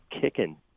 kicking